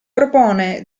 propone